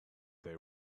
they